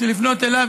צריך לפנות אליו,